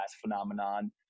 phenomenon